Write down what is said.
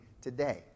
today